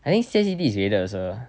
I think C_I_C_T is ungraded also